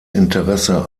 interesse